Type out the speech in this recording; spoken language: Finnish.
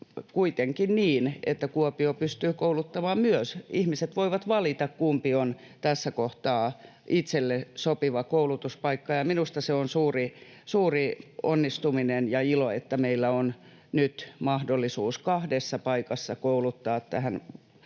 kuitenkin niin, että Kuopio pystyy kouluttamaan myös. Ihmiset voivat valita, kumpi on tässä kohtaa itselle sopiva koulutuspaikka. Minusta se on suuri onnistuminen ja ilo, että meillä on nyt mahdollisuus kahdessa paikassa kouluttaa tähän